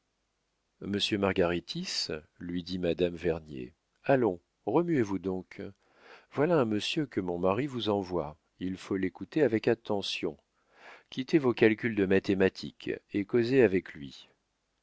margaritis lui dit madame vernier allons remuez vous donc voilà un monsieur que mon mari vous envoie il faut l'écouter avec attention quittez vos calculs de mathématiques et causez avec lui